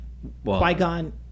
Qui-Gon